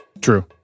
true